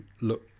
look